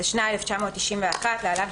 התשנ"א 1991‏ (להלן,